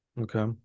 Okay